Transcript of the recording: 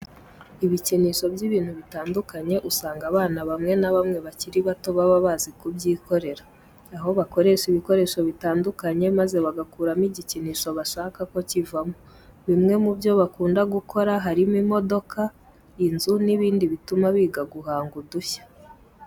Ibikinisho by'ibintu bitandukanye usanga abana bamwe na bamwe bakiri bato baba bazi kubyikorera. Aho bakoresha ibikoresho bitandukanye maze bagakuramo igikinisho bashaka ko kivamo. Bimwe mu byo bakunda gukora harimo imodoka, inzu n'ibindi bituma biga guhanga udushya.